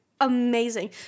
amazing